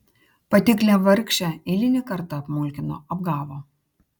patiklią vargšę eilinį kartą apmulkino apgavo